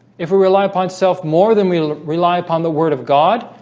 if we rely upon self more than we rely upon the word of god,